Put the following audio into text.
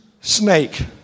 snake